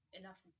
enough